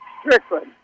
Strickland